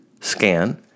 scan